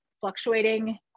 fluctuating